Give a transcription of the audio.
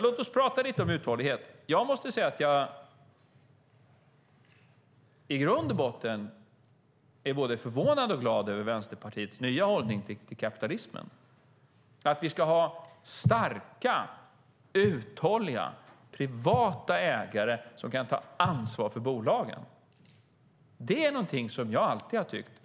Låt oss prata lite om uthållighet. Jag måste säga att jag i grund och botten är både förvånad och glad över Vänsterpartiets nya hållning till kapitalismen. Att vi ska ha starka och uthålliga privata ägare som kan ta ansvar för bolagen har jag alltid tyckt.